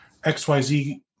XYZ